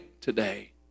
today